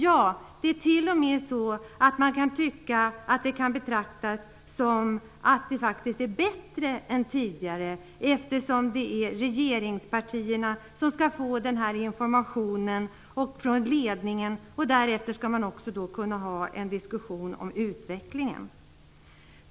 Ja, det är t.o.m. så att man kan tycka att det kan betraktas som att det är bättre än tidigare, eftersom det är regeringspartierna som skall få den här informationen från ledningen. Därefter skall man också kunna ha en diskussion om utvecklingen.